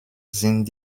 sind